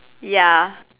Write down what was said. ya